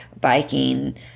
biking